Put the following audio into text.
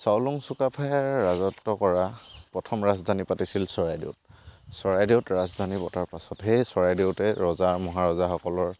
চাওলুং চুকাফাই ৰাজত্ব কৰা প্ৰথম ৰাজধানী পাতিছিল চৰাইদেউত চৰাইদেউত ৰাজধানী পতাৰ পাছতে সেই চৰাইদেউতে ৰজা মহাৰজাসকলৰ